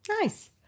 Nice